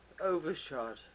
Overshot